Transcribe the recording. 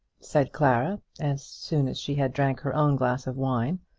said clara, as soon as she had drank her own glass of wine.